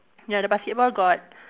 near the basketball got